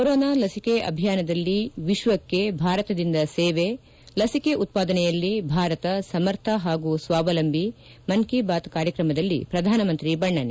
corona ಲಸಿಕೆ ಅಭಿಯಾನದಲ್ಲಿ ವಿಶ್ವಕ್ಕೆ ಭಾರತದಿಂದ ಸೇವೆ ಲಸಿಕೆ ಉತ್ಪಾದನೆಯಲ್ಲಿ ಭಾರತ ಸಮರ್ಥ ಹಾಗೂ ಸ್ವಾವಲಂಬಿ ಮನ್ ಕಿ ಬಾತ್ ಕಾರ್ಯಕ್ರಮದಲ್ಲಿ ಪ್ರಧಾನಮಂತಿ ಬಣ್ಣನೆ